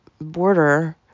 border